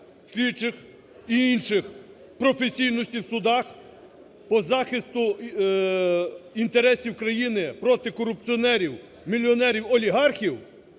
слідчих і інших професійності в судах по захисту інтересів країни проти корупціонерів міліонерів-олігархів,